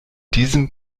diesem